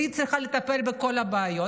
והיא צריכה לטפל בכל הבעיות,